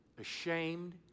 ashamed